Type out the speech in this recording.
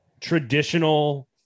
traditional